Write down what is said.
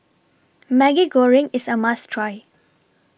Maggi Goreng IS A must Try